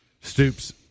Stoops